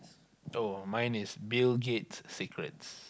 oh mine is Bill-Gate's secrets